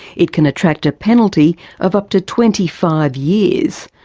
it can attract a penalty of up to twenty five years,